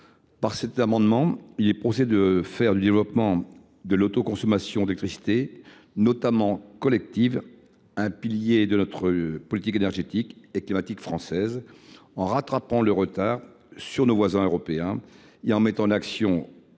Cet amendement vise à faire du développement de l’autoconsommation d’électricité, notamment collective, un pilier de la politique énergétique et climatique française, en rattrapant le retard sur nos voisins européens et en menant une action